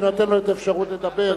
ונותן לו את האפשרות לדבר.